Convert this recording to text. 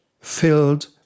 filled